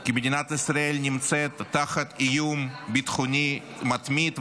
כי מדינת ישראל נמצאת תחת איום ביטחוני מתמיד,